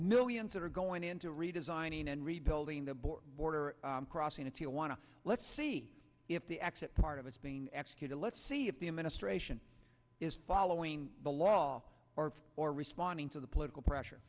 millions that are going into redesigning and rebuilding the border border crossing if you want to let's see if the exit part of it's being executed let's see if the administration is following the law or or responding to the political press